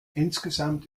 insgesamt